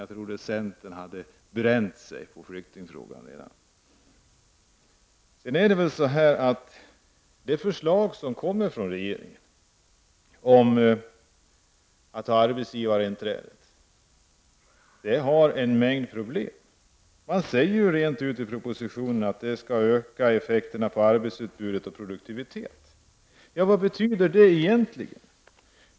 Jag trodde att centern redan hade bränt sig på flyktingfrågan. De förslag som framlagts av regeringen om arbetsgivarinträde i sjukförsäkringen medför en mängd problem. Man säger ju i propositionen rent ut att det skall öka arbetskraftsutbudet och produktiviteten. Vad betyder det egentligen?